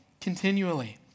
continually